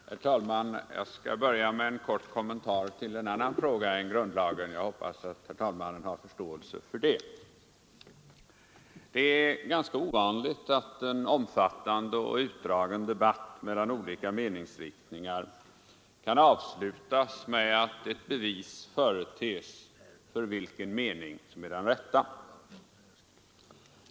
Herr talman! Jag skall börja med en kort kommentar till en annan fråga än grundlagen — jag hoppas att herr talmannen har förståelse för detta. Det är ganska ovanligt att en omfattande och utdragen debatt mellan olika meningsriktningar kan avslutas med att ett bevis företes för vilken mening som är den rätta.